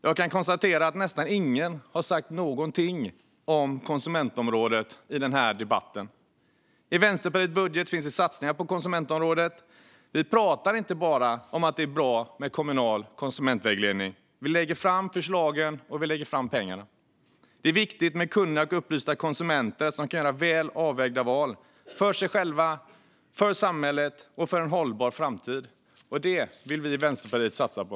Jag kan konstatera att nästan ingen har sagt någonting om konsumentområdet i denna debatt. I Vänsterpartiets budget finns det satsningar på konsumentområdet. Vi pratar inte bara om att det är bra med kommunal konsumentvägledning. Vi lägger också fram förslagen och pengarna. Det är viktigt med kunniga och upplysta konsumenter som kan göra väl avvägda val för sig själva, för samhället och för en hållbar framtid. Det vill vi i Vänsterpartiet satsa på.